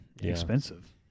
expensive